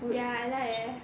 ya I like eh